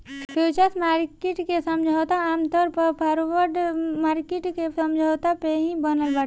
futures market के समझौता आमतौर पअ फॉरवर्ड मार्किट के समझौता पे ही बनल बाटे